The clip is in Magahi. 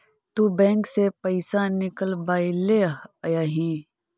तु बैंक से पइसा निकलबएले अइअहिं